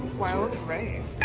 wild rice.